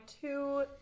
two